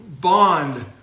bond